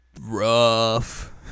rough